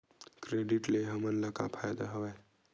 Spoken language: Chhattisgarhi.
क्रेडिट ले हमन का का फ़ायदा हवय?